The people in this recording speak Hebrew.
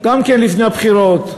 גם כן לפני הבחירות,